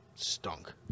Stunk